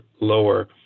lower